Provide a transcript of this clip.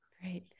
Great